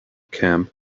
camp